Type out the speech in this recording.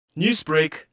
Newsbreak